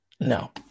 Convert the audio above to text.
no